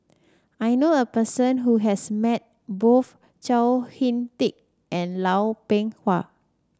I knew a person who has met both Chao HicK Tin and Lau Chiap Khai